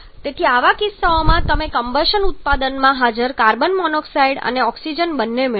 તેથી આવા કિસ્સાઓમાં તમે કમ્બશન ઉત્પાદનમાં હાજર કાર્બન મોનોક્સાઇડ અને ઓક્સિજન બંને મેળવશો